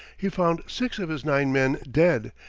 he found six of his nine men dead,